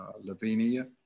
Lavinia